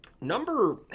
Number